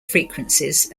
frequencies